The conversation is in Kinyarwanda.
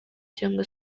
cyangwa